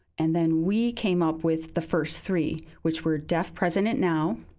and then we came up with the first three, which were deaf president now,